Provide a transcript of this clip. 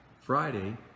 Friday